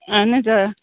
اَہن حظ آ